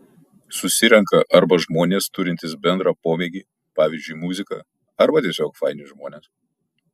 susirenka arba žmonės turintys bendrą pomėgį pavyzdžiui muziką arba tiesiog faini žmonės